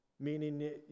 Meaning